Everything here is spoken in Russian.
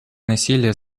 насилие